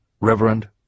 Reverend